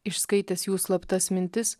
išskaitęs jų slaptas mintis